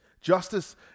Justice